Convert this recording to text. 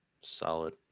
solid